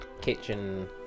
Kitchen